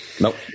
Nope